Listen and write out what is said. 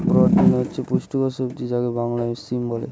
broad bean হচ্ছে পুষ্টিকর সবজি যাকে বাংলায় সিম বলে